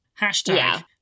hashtag